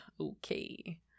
okay